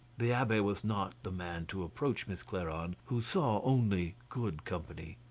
the abbe was not the man to approach miss clairon, who saw only good company.